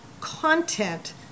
content